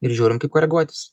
ir žiūrim kaip koreguotis